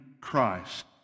Christ